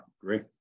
great